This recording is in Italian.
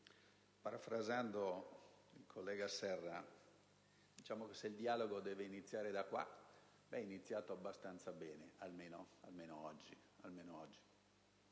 parole del collega Serra, diciamo che se il dialogo deve iniziare da qui è iniziato abbastanza bene, almeno oggi.